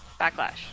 Backlash